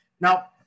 Now